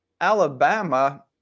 Alabama